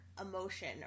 emotion